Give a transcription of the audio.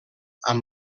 amb